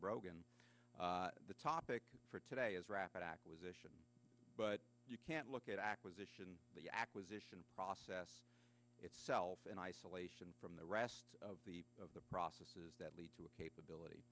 brogan the topic for today is rapid acquisition but you can't look at acquisition the acquisition process itself in isolation from the rest of the of the processes that lead to a